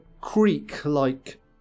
creak-like